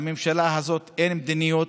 לממשלה הזאת אין מדיניות,